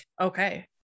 Okay